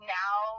now